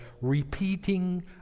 repeating